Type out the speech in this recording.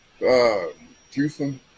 Juicing